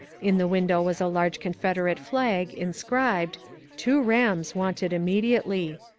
in the window was a large confederate flag inscribed two rams wanted immediately.